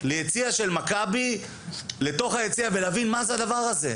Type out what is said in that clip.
ליציע של מכבי לתוך היציע ולהבין מה זה הדבר הזה,